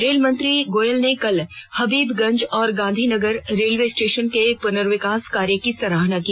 rail मंत्री गोयल ने कल हबीबगंज और गांधीनगर रेलवे स्टेशनों के पुनर्विकास कार्य की सराहना की